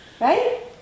Right